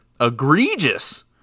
egregious